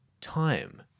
Time